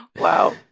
Wow